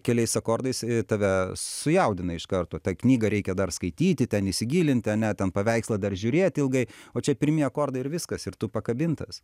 keliais akordais tave sujaudina iš karto tą knygą reikia dar skaityti ten įsigilinti ane ten paveikslą dar žiūrėt ilgai o čia pirmi akordai ir viskas ir tu pakabintas